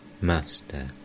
Master